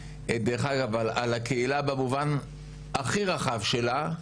דרך אגב על הקהילה במובן הכי רחב שלה,